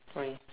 fine